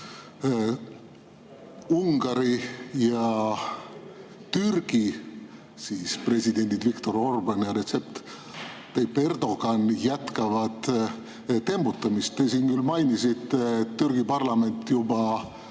Ungari ja Türgi president, Viktor Orbán ja Recep Tayyip Erdoğan jätkavad tembutamist. Te siin küll mainisite, et Türgi parlament juba